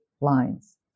lines